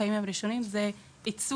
הימים הראשונים' הן התוכניות הראשונות.